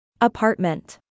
Apartment